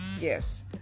yes